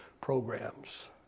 programs